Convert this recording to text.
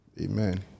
Amen